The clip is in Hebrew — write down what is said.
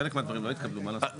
חלק מהדברים לא התקבלו, מה לעשות?